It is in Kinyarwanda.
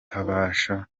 tukabasha